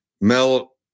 Mel